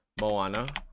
Moana